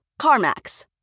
CarMax